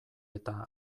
eta